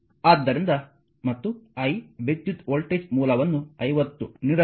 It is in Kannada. ಆದ್ದರಿಂದ ಮತ್ತು I ವಿದ್ಯುತ್ ವೋಲ್ಟೇಜ್ ಮೂಲವನ್ನು 50 ನೀಡಲಾಗಿದೆ